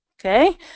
Okay